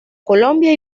colombia